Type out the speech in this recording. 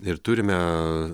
ir turime